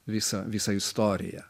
visą visą istoriją